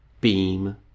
beam